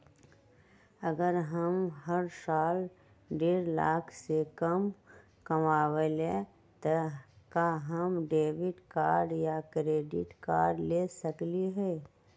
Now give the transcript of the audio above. अगर हम हर साल डेढ़ लाख से कम कमावईले त का हम डेबिट कार्ड या क्रेडिट कार्ड ले सकली ह?